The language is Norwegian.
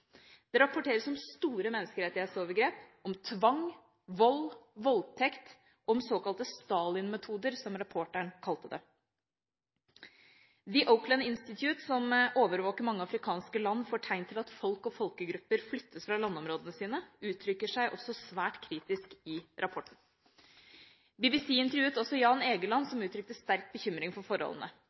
Det rapporteres om store menneskerettighetsovergrep, om tvang, vold, voldtekt, om såkalte «Stalin-metoder», som reporteren kalte det. The Oakland Institute, som overvåker mange afrikanske land for tegn til at folk og folkegrupper flyttes fra landområdene sine, uttrykker seg også svært kritisk i reportasjen. BBC intervjuet også Jan Egeland, som uttrykte sterk bekymring for forholdene.